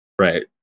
right